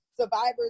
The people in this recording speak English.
survivors